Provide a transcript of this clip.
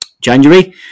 January